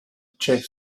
chest